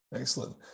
Excellent